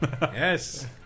Yes